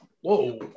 Whoa